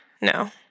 no